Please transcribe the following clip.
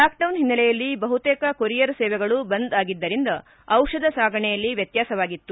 lockdown ಹಿನ್ನೆಲೆಯಲ್ಲಿ ಬಹುತೇಕ courier ಸೇವೆಗೆಗಳು ಬಂದಾಗಿದ್ದರಿಂದ ಔಷಧ ಸಾಗಣೆಯಲ್ಲಿ ವ್ಯತ್ಯಾಸವಾಗಿತ್ತು